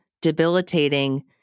debilitating